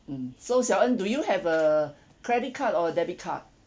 mm so xiao en do you have a credit card or a debit card